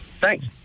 Thanks